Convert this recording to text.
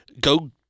go